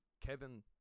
Kevin